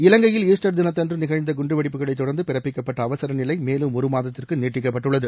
இலங்கையில் ஈஸ்டர் தினத்தன்று நிகழ்ந்த குண்டுவெடிப்புகளைத் தொடர்ந்து பிறப்பிக்கப்பட்ட அவசர நிலை மேலும் ஒரு மாதத்திற்கு நீட்டிக்கப்பட்டுள்ளது